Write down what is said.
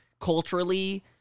culturally